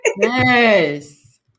Yes